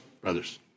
Brothers